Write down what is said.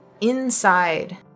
inside